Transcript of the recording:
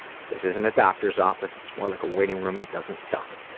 this isn't a doctor's office, it's more like a waiting room that doesn't suck.